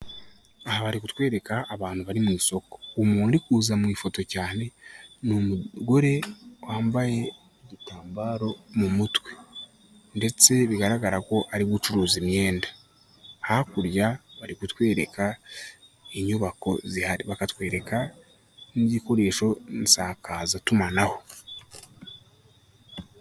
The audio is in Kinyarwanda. Aha bari kutwereka abantu bari mu isoko. Umuntu uri kuza mu ifoto cyane, ni umugore wambaye igitambaro mu mutwe ndetse bigaragara ko ari gucuruza imyenda. Hakurya bari kutwereka inyubako zihari, bakatwereka n'igikoresho nsakazatumanaho.